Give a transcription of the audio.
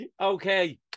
Okay